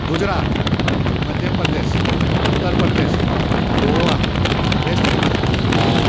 Gujarat Madhya Pradesh Uttar Pradesh Goa West Bengal